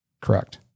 Correct